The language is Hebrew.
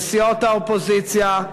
וסיעות האופוזיציה: